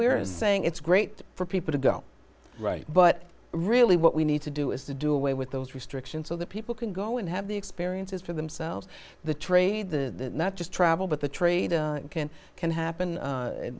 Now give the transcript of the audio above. we're saying it's great for people to go right but really what we need to do is to do away with those restrictions so that people can go and have the experiences for themselves the trade the not just travel but the trade can happen